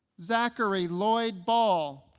zachary lloyd ball